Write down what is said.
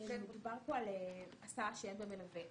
מדובר כאן על הסעה שאין בה מלווה.